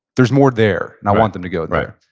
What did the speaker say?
there's more there and i want them to go there.